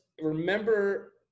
remember